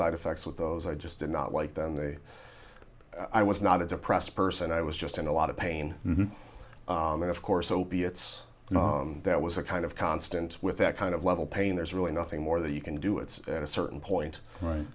side effects with those i just did not like them they i was not a depressed person i was just in a lot of pain and of course opiates that was a kind of constant with that kind of level pain there's really nothing more that you can do it's at a certain point right